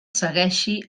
segueixi